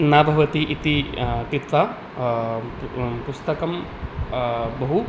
न भवति इति कृत्वा पु पुस्तकं बहु